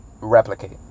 replicate